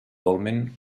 dolmen